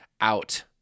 out